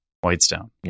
Whitestone